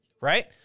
right